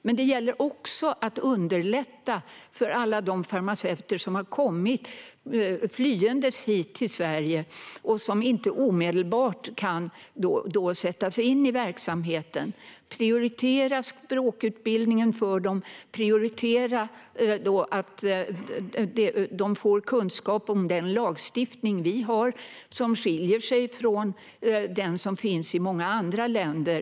Men det gäller också att underlätta för alla de farmaceuter som har kommit flyende hit till Sverige och som inte omedelbart kan sättas in i verksamheten. Prioritera språkutbildningen för dem! Prioritera att de får kunskap om den lagstiftning vi har, som skiljer sig från den som finns i många andra länder!